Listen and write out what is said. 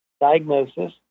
diagnosis